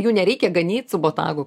jų nereikia ganyt su botagu